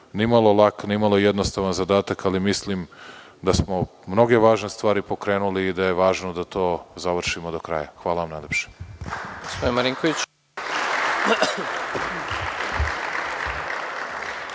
nimalo lak, nimalo jednostavan zadatak, ali mislim da smo mnoge važne stvari pokrenuli i da je važno da to završimo do kraja. Hvala najlepše.